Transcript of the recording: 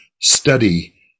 study